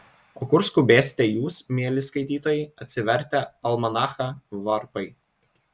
o kur skubėsite jūs mieli skaitytojai atsivertę almanachą varpai